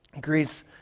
Greece